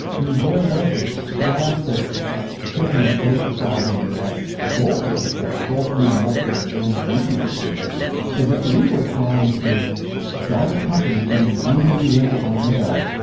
i mean there was this classic chicken and egg problem that both of us face both meaning netflix and the dvr history is that we were trying to start a company doing dvd rental by mail.